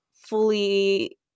fully